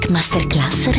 Masterclass